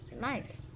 nice